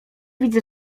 widzę